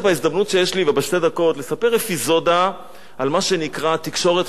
לספר אפיזודה על מה שנקרא תקשורת חופשית ותקשורת שוויונית.